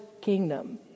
kingdom